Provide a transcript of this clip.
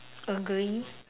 agree